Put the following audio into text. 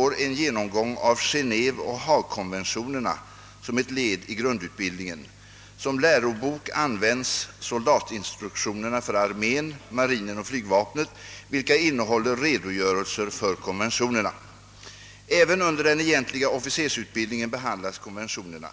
av Genéveoch Haagkonventionerna som ett led i grundutbildningen. Som lärobok används soldatinstruktionerna för armén, marinen och flygvapnet, vilka innehåller redogörelser för konventionerna. Även under den egentliga officersutbildningen behandlas konventionerna.